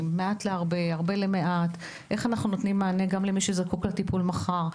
ואיך אנחנו נותנים מענה גם למי שזקוק לטיפול מחר,